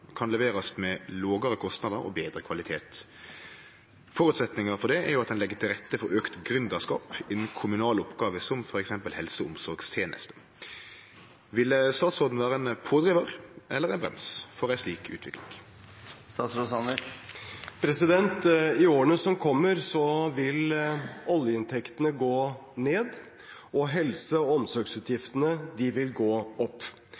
kan leveres med lavere kostnader og bedre kvalitet. Forutsetningen er at man legger til rette for økt gründerskap innen kommunale oppgaver som helse- og omsorgstjenester. Vil statsråden være en pådriver eller brems for en slik utvikling?» I årene som kommer, vil oljeinntektene gå ned, og helse- og omsorgsutgiftene vil gå opp.